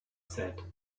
said